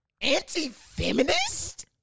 Anti-feminist